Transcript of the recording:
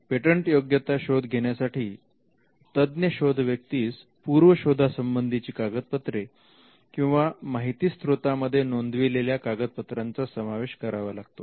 पेटंटयोग्यता शोध घेण्यासाठी तज्ञ शोध व्यक्तीस पूर्व शोधा संबंधीची कागदपत्रे किंवा माहिती स्त्रोतांमध्ये नोंदविलेल्या कागदपत्रांचा समावेश करावा लागतो